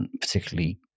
particularly